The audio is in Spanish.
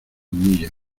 millas